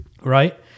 right